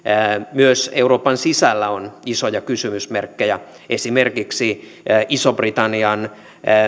myös euroopan sisällä on isoja kysymysmerkkejä esimerkiksi ison britannian